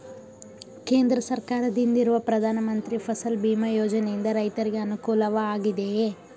ಕೇಂದ್ರ ಸರ್ಕಾರದಿಂದಿರುವ ಪ್ರಧಾನ ಮಂತ್ರಿ ಫಸಲ್ ಭೀಮ್ ಯೋಜನೆಯಿಂದ ರೈತರಿಗೆ ಅನುಕೂಲವಾಗಿದೆಯೇ?